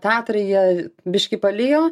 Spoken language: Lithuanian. tatrai jie biškį palijo